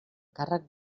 càrrec